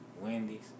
Wendy's